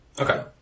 Okay